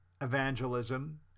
evangelism